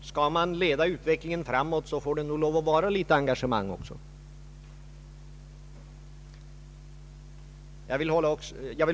Skall man leda utvecklingen framåt, får det nog finnas litet engagemang också.